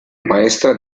maestra